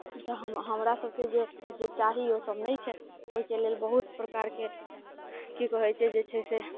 तऽ हम हमरा सबके जे जे चाही ओ सब नहि छै ओहिके लेल बहुत प्रकारके की कहैत छै जे छै से